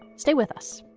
stay with us